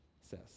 says